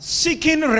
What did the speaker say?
seeking